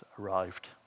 arrived